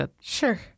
Sure